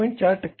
4 टक्के आहे